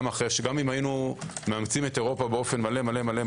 גם לו היינו מאמצים את אירופה באופן מלא-מלא,